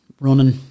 running